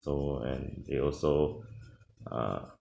so and they also err